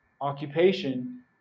occupation